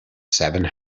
seven